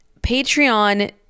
Patreon